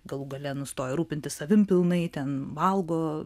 galų gale nustojo rūpintis savimi pilnai ten valgo